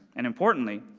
and importantly,